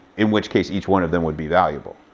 in which case, each one of them would be valuable.